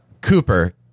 cooper